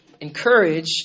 encourage